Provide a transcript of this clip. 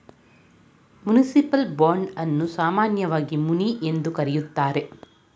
municipal bond ಅನ್ನ ಸಾಮಾನ್ಯವಾಗಿ muni ಎಂದು ಕರೆಯುತ್ತಾರೆ